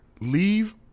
leave